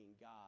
God